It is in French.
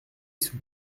sous